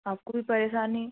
आपको भी परेशानी